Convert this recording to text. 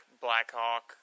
Blackhawk